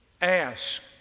Ask